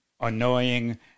annoying